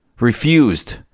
refused